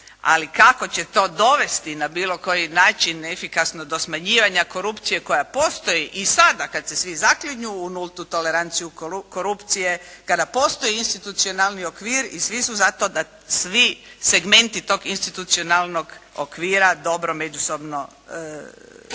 ali kako će to dovesti na bilo koji način efikasno do smanjivanja korupcije koja postoji i sada kada se svi zaklinju u nultu toleranciju korupcije, kada postoji institucionalni okvir i svi su za to da svi segmenti tog institucionalnog okvira dobro međusobno surađuju.